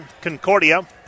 Concordia